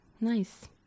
Nice